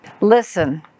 Listen